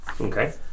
Okay